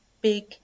big